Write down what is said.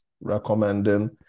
recommending